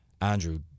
Andrew